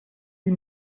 die